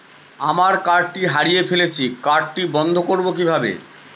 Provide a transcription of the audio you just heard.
আমার কার্ডটি হারিয়ে ফেলেছি কার্ডটি বন্ধ করব কিভাবে?